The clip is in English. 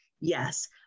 Yes